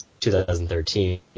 2013